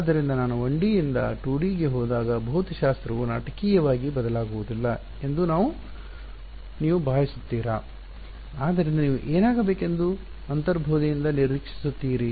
ಆದ್ದರಿಂದ ನಾನು 1D ಯಿಂದ 2D ಗೆ ಹೋದಾಗ ಭೌತಶಾಸ್ತ್ರವು ನಾಟಕೀಯವಾಗಿ ಬದಲಾಗುವುದಿಲ್ಲ ಎಂದು ನೀವು ಭಾವಿಸುತ್ತೀರಾ ಆದ್ದರಿಂದ ನೀವು ಏನಾಗಬೇಕೆಂದು ಅಂತರ್ಬೋಧೆಯಿಂದ ನಿರೀಕ್ಷಿಸುತ್ತೀರಿ